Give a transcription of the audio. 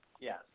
Yes